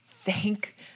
Thank